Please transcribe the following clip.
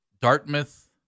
Dartmouth